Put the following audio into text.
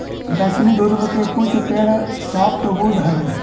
दक्षिणी ध्रुव के कुछ पेड़ सॉफ्टवुड हइ